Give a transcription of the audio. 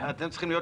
אתם צריכים להיות